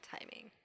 Timing